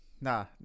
Nah